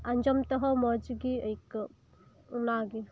ᱟᱸᱡᱚᱢ ᱛᱮᱦᱚᱸ ᱢᱚᱸᱡᱽ ᱜᱮ ᱟᱹᱭᱠᱟᱹᱜ ᱚᱱᱟ ᱜᱮ